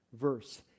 verse